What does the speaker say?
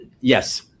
yes